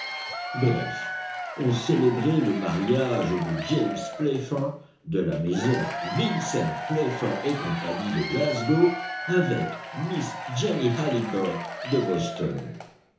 bref on célébrait le mariage de james playfair de la maison vincent playfair et co de glasgow avec miss jenny halliburtt de boston